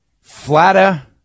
flatter